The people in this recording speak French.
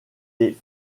les